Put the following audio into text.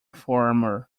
former